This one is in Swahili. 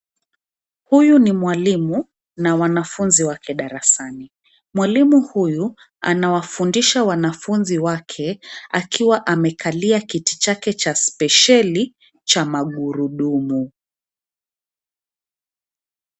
Huyu ni mwalimu na wanafunzi wake darasani, mwalimu huyu anawafundisha wanafunzi wake akiwa amekalia kiti chake cha spesheli cha magurudumu.